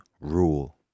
Rule